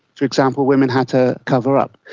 for example, women had to cover up.